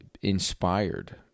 inspired